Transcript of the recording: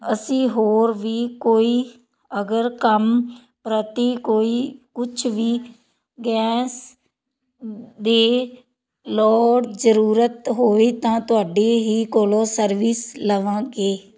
ਅਸੀਂ ਹੋਰ ਵੀ ਕੋਈ ਅਗਰ ਕੰਮ ਪ੍ਰਤੀ ਕੋਈ ਕੁਛ ਵੀ ਗੈਸ ਦੇ ਲੋੜ ਜਰੂਰਤ ਹੋਵੇ ਤਾਂ ਤੁਹਾਡੀ ਕੋਲੋਂ ਸਰਵਿਸ ਲਵਾਂਗੇ